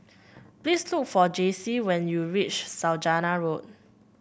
please look for Jaycie when you reach Saujana Road